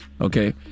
Okay